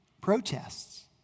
protests